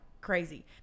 crazy